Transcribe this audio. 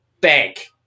Bank